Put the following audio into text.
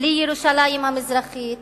בלי ירושלים המזרחית